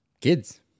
kids